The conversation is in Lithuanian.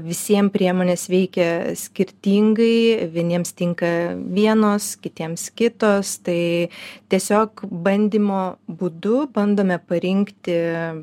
visiem priemonės veikia skirtingai vieniems tinka vienos kitiems kitos tai tiesiog bandymo būdu bandome parinkti